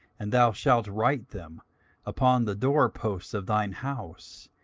and thou shalt write them upon the door posts of thine house,